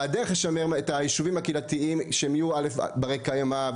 והדרך לשמר את הישובים הקהילתיים שהם יהיו א' ברי קיימא,